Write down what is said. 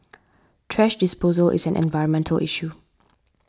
thrash disposal is an environmental issue